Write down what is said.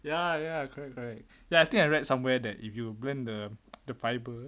ya ya correct correct then I think I read somewhere that if you blend the the fiber